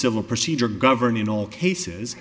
civil procedure govern in all cases